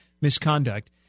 misconduct